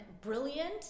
brilliant